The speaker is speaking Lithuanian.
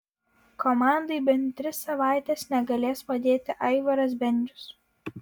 komandai bent tris savaites negalės padėti aivaras bendžius